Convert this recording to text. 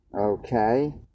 okay